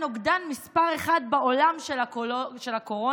הנוגדן מס' 1 בעולם של הקורונה,